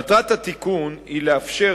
מטרת התיקון היא לאפשר,